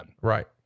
Right